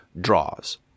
Draws